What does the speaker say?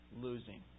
losing